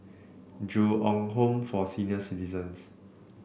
Ju Eng Home for Senior Citizens